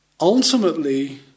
Ultimately